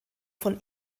von